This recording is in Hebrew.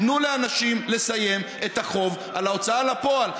תנו לאנשים לסיים את החוב על ההוצאה לפועל.